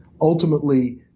ultimately